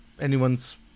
anyone's